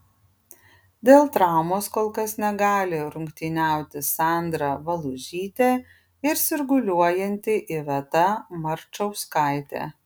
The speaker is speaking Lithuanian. dėl traumos kol kas negali rungtyniauti sandra valužytė ir sirguliuojanti iveta marčauskaitė